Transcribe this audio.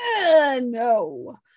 no